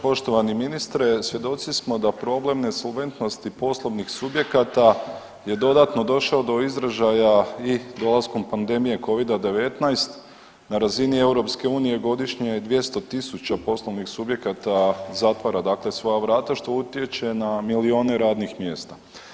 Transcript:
Poštovani ministre svjedoci smo da problem nesolventnosti poslovnih subjekata je dodatno došao do izražaja i dolaskom pandemije Covida-19 na razini EU godišnje je 200.000 poslovnih subjekata zatvara dakle svoja vrata što utječe na milione radnih mjesta.